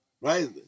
Right